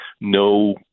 No